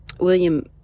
William